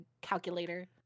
calculator